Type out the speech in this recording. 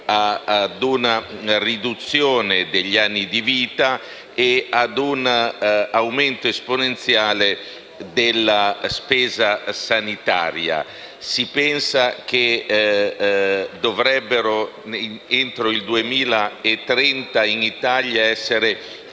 a una riduzione degli anni di vita e ad un aumento esponenziale della spesa sanitaria. Si pensa che entro il 2030 in Italia gli